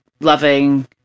loving